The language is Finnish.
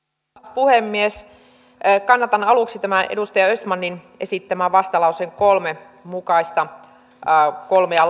puhemies kannatan aluksi tämän edustaja östmanin esittämän vastalauseen kolme mukaista kolmea